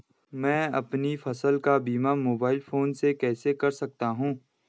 मैं अपनी फसल का बीमा मोबाइल फोन से कैसे कर सकता हूँ?